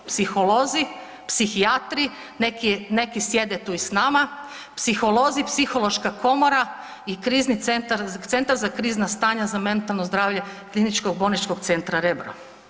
Psiholozi, psihijatri, neki sjede tu i sa nama, psiholozi, psihološka komora i krizni centar, Centar za krizna stanja za mentalno zdravlje kliničkog bolničkog centra Rebro.